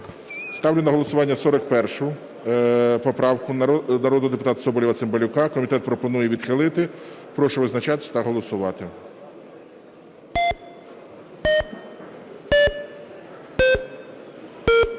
Ставлю на голосування 41 поправку народного депутата Соболєва, Цимбалюка. Комітет пропонує відхилити. Прошу визначатись та голосувати.